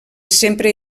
sempre